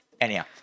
Anyhow